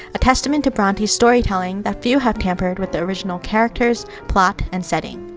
a testament to bronte's storytelling that few have tampered with the original characters, plot, and setting.